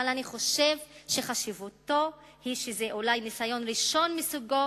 אבל אני חושב שחשיבותו היא שזה אולי ניסיון ראשון מסוגו,